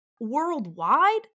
worldwide